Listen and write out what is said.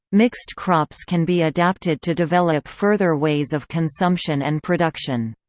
mixed crops can be adapted to develop further ways of consumption and production.